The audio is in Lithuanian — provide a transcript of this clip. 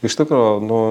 iš tikro nu